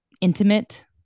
intimate